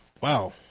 Wow